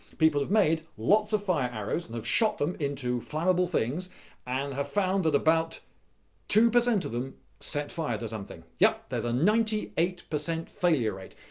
people have made lots of fire arrows and have shot them into flammable things and have found that about two percent of them set fire to something. yep, there's a ninety eight percent failure rate.